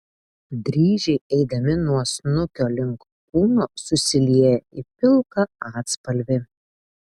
dryžiai eidami nuo snukio link kūno susilieja į pilką atspalvį